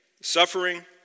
suffering